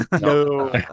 No